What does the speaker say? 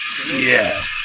Yes